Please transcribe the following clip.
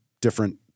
different